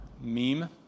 meme